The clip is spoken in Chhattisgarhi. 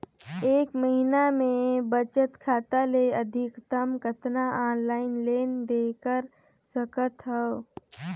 एक महीना मे बचत खाता ले अधिकतम कतना ऑनलाइन लेन देन कर सकत हव?